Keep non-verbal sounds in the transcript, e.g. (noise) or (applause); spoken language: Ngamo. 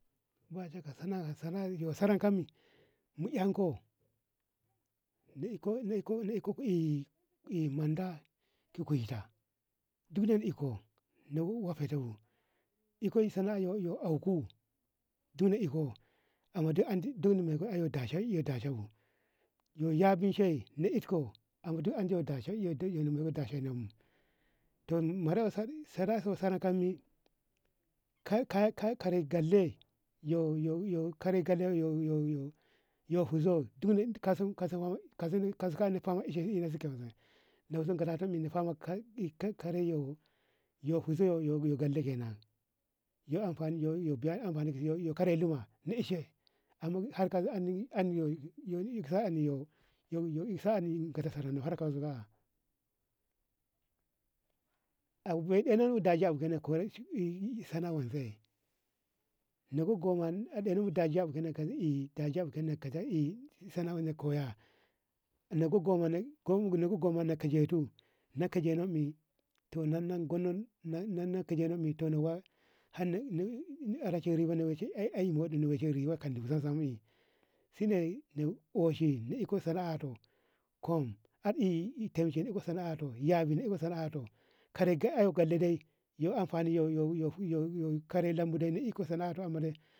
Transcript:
Bashe ka sana'a sana'a saranka mi na iko na iko eh (hesitation) manda ki gwaita duk de inko nawa fete bu na iko sana'a yo yo auku duno iko a wane andi don na meka aye dasha bu yambinci na it ko ubo ako dasha namu to mara ko saraka mi karai karai kare ka me yo karai karai your fuzo duk kaskani fama ikka zini ika ka reni yo fuzo yo ngalda kenan yo amfani yo karai luwa ni ishe amman sa'ani yo yo ka sarano har ka zuwa a bedo no dasha ey sana'a waize na gogo ma dashabu ke nakaja ae sana'a na koya na gogo mana ka jetu na ka jeno mi to nan na gonno nan na kajeka har na eyra shiri ki ey ey modino ba shi rewo kanibi samsam shi inne oshi na iko sana'a to kum tamshi na iko sana'a to yawi na iko sana'a to yawide na iko sana'a to karai ka lai de yo amfani ka kare lambode na iko sana'a to amman de.